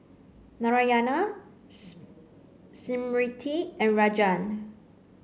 Narayana Smriti and Rajan